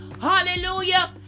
Hallelujah